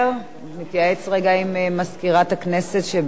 נתייעץ רגע עם מזכירת הכנסת, שבעיניה, כן.